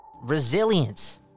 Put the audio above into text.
Resilience